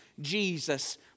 Jesus